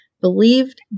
believed